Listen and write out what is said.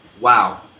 Wow